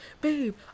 Babe